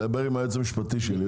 דבר עם היועץ המשפטי שלי.